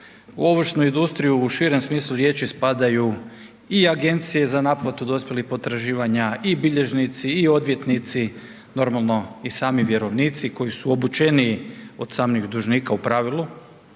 U ovršnu industriju u širem smislu riječi spadaju i agencije za naplatu dospjelih potraživanja i bilježnici i odvjetnici, normalno i sami vjerovnici koji su obučeniji od samih dužnika u pravilu.